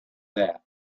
that